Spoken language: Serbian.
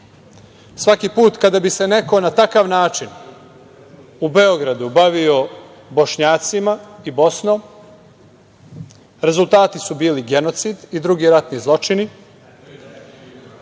Svaki put kada bi se neko na takav način u Beogradu bavio Bošnjacima i Bosnom, rezultati su bili genocid i drugi ratni zločini